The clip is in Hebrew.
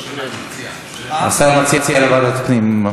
השר מציע ועדת פנים.